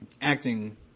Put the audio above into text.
acting